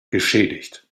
geschädigt